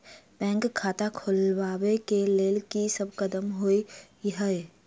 Bank खाता खोलबाबै केँ लेल की सब कदम होइ हय?